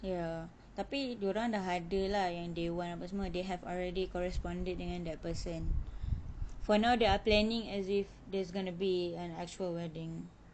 ya tapi dorang dah ada lah dewan apa semua they have already corresponded dengan that person for now they are planning as if there's gonna be an actual wedding